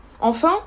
Enfin